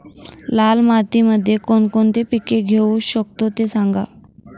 लाल मातीमध्ये कोणकोणती पिके घेऊ शकतो, ते सांगा